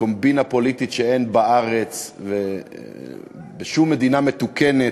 קומבינה פוליטית שאין בארץ ובשום מדינה מתוקנת.